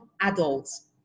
adults